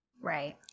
Right